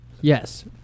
Yes